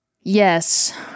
yes